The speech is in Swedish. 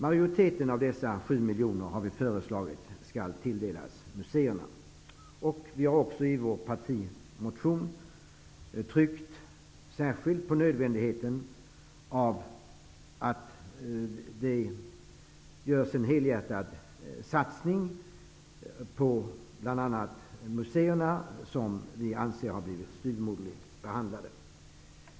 Majoriteten av dessa 7 miljoner har vi föreslagit skall tilldelas museerna. Vi har också i vår partimotion särskilt tryckt på nödvändigheten av att det görs en helhjärtad satsning på bl.a. museerna, som vi anser har blivit styvmoderligt behandlade.